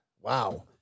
Wow